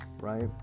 right